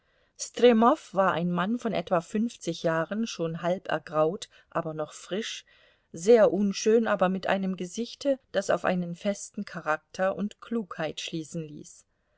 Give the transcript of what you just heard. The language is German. war ein mann von etwa fünfzig jahren schon halb ergraut aber noch frisch sehr unschön aber mit einem gesichte das auf einen festen charakter und klugheit schließen ließ